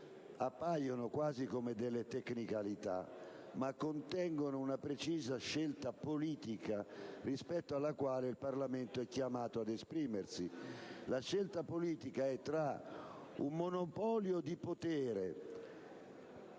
appaiono quasi come delle tecnicalità, ma contengono una precisa scelta politica rispetto alla quale il Parlamento è chiamato ad esprimersi. La scelta politica è tra un monopolio di potere